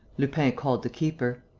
lupin called the keeper.